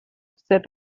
said